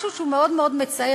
משהו שהוא מאוד מצער,